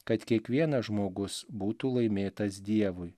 kad kiekvienas žmogus būtų laimėtas dievui